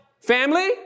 Family